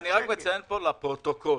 אני מציין פה לפרוטוקול: